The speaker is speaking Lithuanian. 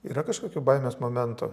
yra kažkokių baimės momentų